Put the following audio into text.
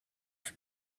for